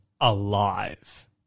alive